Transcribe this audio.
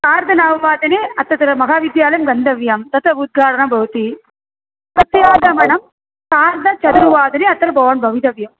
सार्दनववादने अत्रतः महाविद्यालयं गन्तव्यं तत् उद्घाटनं भवति प्रत्यागमनं सार्धचतुर्वादने अत्र भवान् भवितव्यः